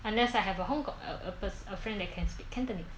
unless I have a hong kong a person a friend that can speak cantonese